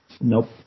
nope